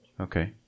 Okay